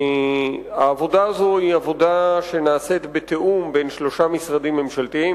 העבודה הזו נעשית בתיאום בין שלושה משרדים ממשלתיים,